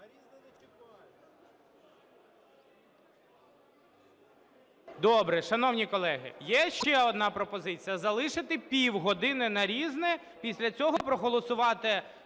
Добре. Шановні колеги, є ще одна пропозиція: залишити півгодини на "Різне", після цього проголосувати...